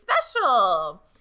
special